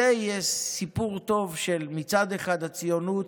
זה יהיה סיפור טוב, מצד אחד, של הציונות,